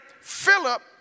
Philip